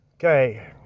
Okay